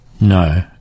No